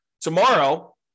tomorrow